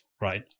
right